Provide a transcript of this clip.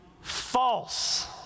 False